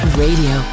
radio